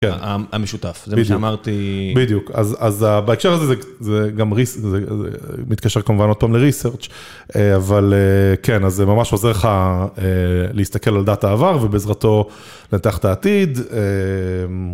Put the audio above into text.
המשותף, זה מה שאמרתי. בדיוק, אז בהקשר הזה, זה גם, זה מתקשר כמובן עוד פעם ל-Research, אבל כן, אז זה ממש עוזר לך להסתכל על דאטה עבר ובעזרתו לנתח את העתיד.